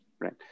Right